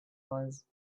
was